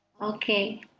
Okay